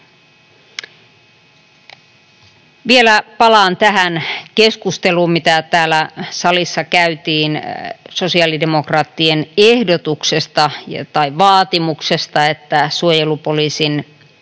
Vielä palaan tähän keskusteluun, mitä täällä salissa käytiin sosiaalidemokraattien ehdotuksesta tai vaatimuksesta, että suojelupoliisin